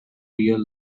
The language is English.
real